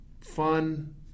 fun